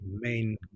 main